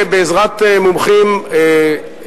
בעזרת מומחים,